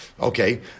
Okay